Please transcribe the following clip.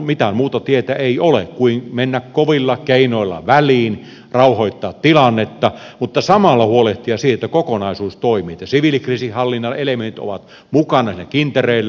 mitään muuta tietä ei ole kuin mennä kovilla keinoilla väliin rauhoittaa tilannetta mutta samalla huolehtia siitä että kokonaisuus toimii että siviilikriisinhallinnan elementit ovat mukana siinä kintereillä